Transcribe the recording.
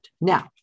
Now